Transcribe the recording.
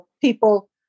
people